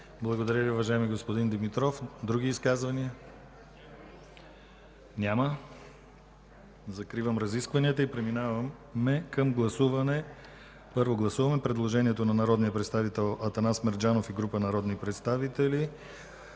Благодаря Ви, уважаеми господин Димитров. Други изказвания? Няма. Закривам разискванията и преминаваме към гласуване. Първо гласуваме предложението на народния представител Атанас Мерджанов и група народни представители,